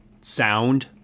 Sound